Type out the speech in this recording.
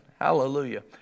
Hallelujah